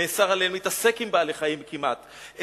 נאסר עליהם להתעסק עם בעלי חיים, כמעט.